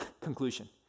conclusion